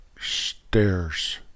stairs